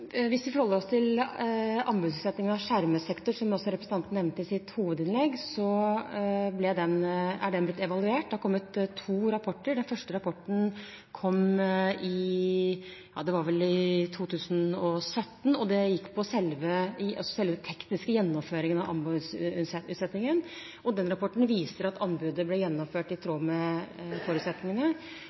Hvis vi forholder oss til anbudsutsettingen av skjermet sektor – som representanten også nevnte i sitt hovedinnlegg – er den blitt evaluert. Det har kommet to rapporter. Den første rapporten kom vel i 2017 og gikk på selve den tekniske gjennomføringen av anbudsutsettingen. Denne rapporten viser at anbudet ble gjennomført i tråd med forutsetningene.